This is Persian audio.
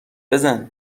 بزن